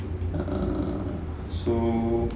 err so